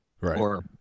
Right